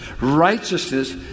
righteousness